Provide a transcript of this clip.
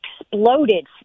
exploded